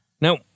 Now